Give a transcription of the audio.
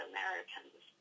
Americans